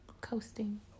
coasting